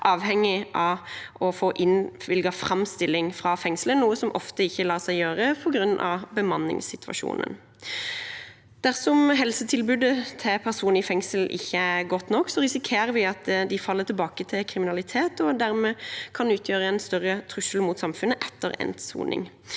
avhengige av å få innvilget framstilling fra fengslet, noe som ofte ikke lar seg gjøre på grunn av bemanningssituasjonen. Dersom helsetilbudet til personer i fengsel ikke er godt nok, risikerer vi at de faller tilbake til kriminalitet og dermed kan utgjøre en større trussel mot samfunnet etter endt soning.